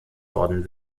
worden